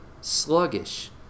sluggish